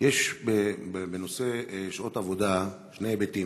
יש בנושא שעות עבודה שני היבטים: